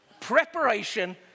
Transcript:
Preparation